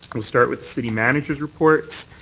we'll start with city manager's report.